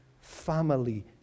family